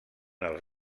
els